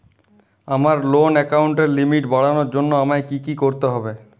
আমার লোন অ্যাকাউন্টের লিমিট বাড়ানোর জন্য আমায় কী কী করতে হবে?